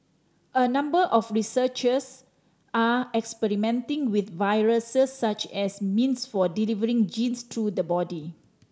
a number of researchers are experimenting with viruses such as means for delivering genes through the body